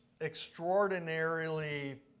extraordinarily